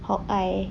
hawk eye